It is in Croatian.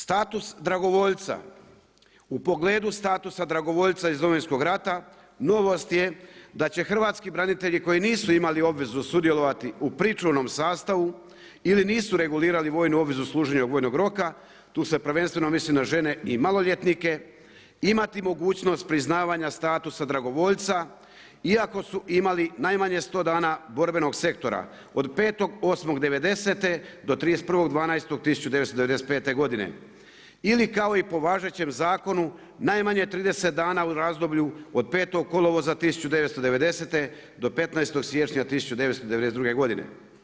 Status dragovoljca, u pogledu statusa dragovoljca iz Domovinskog rata, novost je da će hrvatski branitelji, koji nisu imali obvezu sudjelovati u pričuvnom sastavu ili nisu regulirali vojnu obvezu služenja vojnog roka, tu se prvenstveno misli na žene i maloljetnike, imati mogućnost priznavanja status dragovoljca iako su imali najmanje 100 dana borbenog sektora od 5.8.1990.-31.12.1995. godine ili kao i po važećem zakonu najmanje 30 dana u razdoblju od 5.8.1990.-15.1.1992. godine.